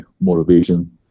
motivation